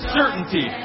certainty